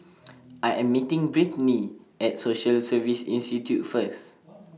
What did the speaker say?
I Am meeting Brittnay At Social Service Institute First